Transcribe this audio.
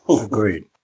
Agreed